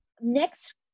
next